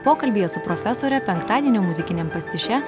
pokalbyje su profesore penktadienio muzikiniam pastiše